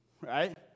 right